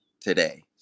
today